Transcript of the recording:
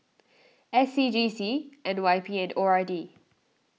S C G C N Y P and O R D